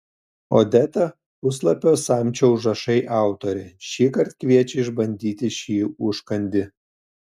odeta puslapio samčio užrašai autorė šįkart kviečia išbandyti šį užkandį